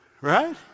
Right